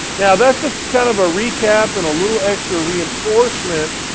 now, that's just kind of a recap and a little extra reinforcement.